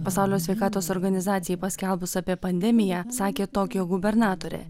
pasaulio sveikatos organizacijai paskelbus apie pandemiją sakė tokijo gubernatorė